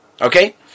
Okay